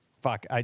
Fuck